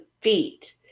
feet